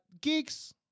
Geeks